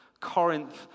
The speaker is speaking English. Corinth